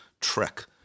trek